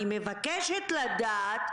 אני מבקשת לדעת,